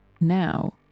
Now